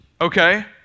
okay